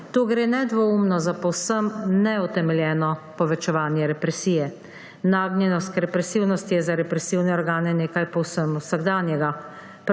Tu gre nedvomno za povsem neutemeljeno povečevanje represije. Nagnjenost k represivnosti je za represivne organe nekaj povsem vsakdanjega.